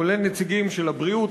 כולל נציגים של הבריאות,